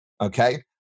okay